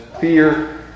fear